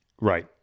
Right